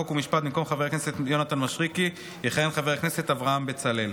חוק ומשפט במקום חבר הכנסת יונתן מישרקי יכהן חבר הכנסת אברהם בצלאל.